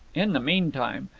in the meantime,